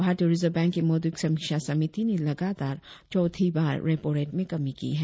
भारतीय Reserve Bank की मौद्रिक समीक्षा समिति ने लगातार चौथी बार रेपो रेट मे कमी की है